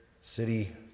city